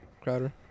Crowder